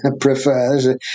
prefer